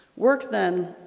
work then,